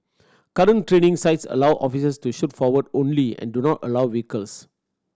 current training sites allow officers to shoot forward only and do not allow vehicles